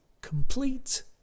complete